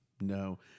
no